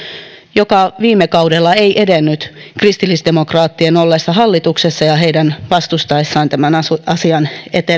joka viime kaudella ei edennyt kristillisdemokraattien ollessa hallituksessa ja heidän vastustaessaan tämän asian